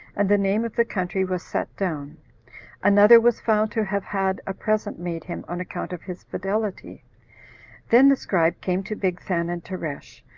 and the name of the country was set down another was found to have had a present made him on account of his fidelity then the scribe came to bigthan and teresh,